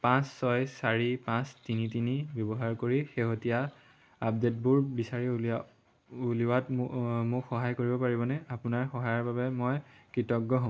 পাঁচ ছয় চাৰি পাঁচ তিনি তিনি ব্যৱহাৰ কৰি শেহতীয়া আপডে'টবোৰ বিচাৰি উলিওৱাত মোক সহায় কৰিব পাৰিবনে আপোনাৰ সহায়ৰ বাবে মই কৃতজ্ঞ হ'ম